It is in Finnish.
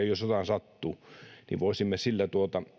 jos jotain sattuu voisimme sillä